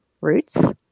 roots